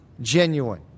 genuine